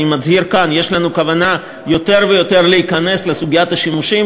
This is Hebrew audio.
אני מצהיר כאן: יש לנו כוונה יותר ויותר להיכנס לסוגיית השימושים,